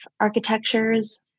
architectures